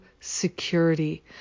security